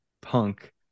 punk